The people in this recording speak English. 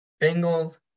Bengals